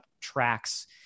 tracks